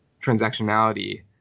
transactionality